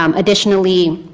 um additionally,